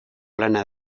lana